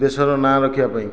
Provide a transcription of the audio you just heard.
ଦେଶର ନାଁ ରଖିବା ପାଇଁ